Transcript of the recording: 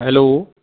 hello